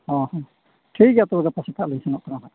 ᱚᱼᱦᱚ ᱴᱷᱤᱠᱜᱮᱭᱟ ᱛᱚᱵᱮ ᱜᱟᱯᱟ ᱥᱮᱛᱟᱜᱨᱮᱞᱤᱧ ᱥᱮᱱᱚᱜ ᱠᱟᱱᱟ ᱱᱟᱦᱟᱸᱜ